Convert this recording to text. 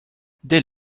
dès